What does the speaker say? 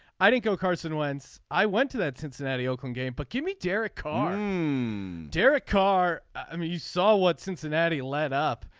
i didn't know carson wentz i went to that cincinnati oakland game. but give me derek khan derek carr. i mean you saw what cincinnati let up.